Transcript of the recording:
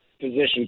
position